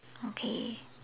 okay